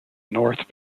north